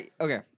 okay